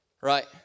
Right